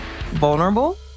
vulnerable